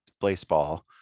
baseball